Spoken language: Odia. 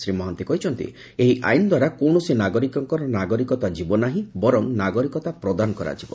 ଶ୍ରୀ ମହାନ୍ତି କହିଛନ୍ତି ଏହି ଆଇନ୍ ଦ୍ୱାରା କୌଶସି ନାଗରିକଙ୍କର ନାଗରିକତା ଯିବ ନାହି ବରଂ ନାଗରିକତା ପ୍ରଦାନ କରାଯିବ